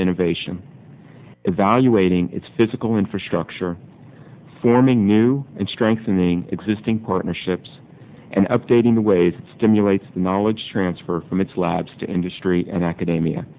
to innovation evaluating its physical infrastructure forming new and strengthening existing partnerships and updating the ways it stimulates the knowledge transfer from its labs to industry and academia